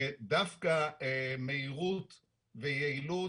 דווקא מהירות ויעילות,